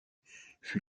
fut